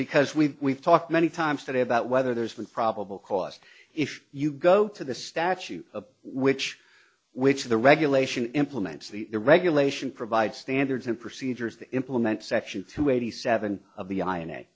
because we talked many times today about whether there's been probable cause if you go to the statue of which which the regulation implements the regulation provide standards and procedures to implement section two eighty seven of the